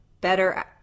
better